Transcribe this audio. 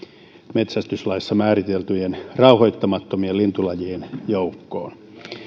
metsästyslaissa määriteltyjen rauhoittamattomien lintulajien joukkoon